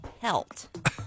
pelt